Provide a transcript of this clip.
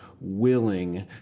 willing